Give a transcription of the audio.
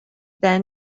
then